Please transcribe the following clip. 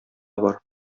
бар